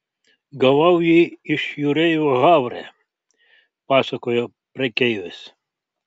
gavau jį iš jūreivio havre pasakojo prekeivis